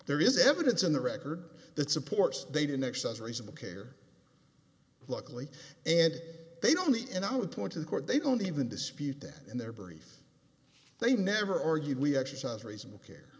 there is evidence in the record that supports they do next as reasonable care likely and they don't me and i would point to the court they don't even dispute that in their brief they never argued we exercise reasonable care